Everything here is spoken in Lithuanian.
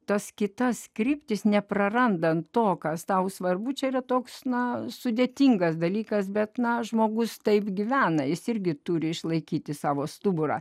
tas kitas kryptis neprarandant to kas tau svarbu čia yra toks na sudėtingas dalykas bet na žmogus taip gyvena jis irgi turi išlaikyti savo stuburą